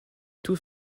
tout